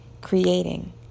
creating